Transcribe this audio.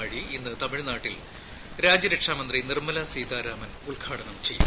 നാഴി ഇന്ന് തമിഴ്നാട്ടിൽ രാജ്യരക്ഷാ മന്ത്രി നിർമ്മല സീതാരാമൻ ഉദ്ഘാടനം ചെയ്യും